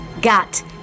got